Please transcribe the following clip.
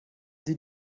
sie